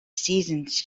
seasons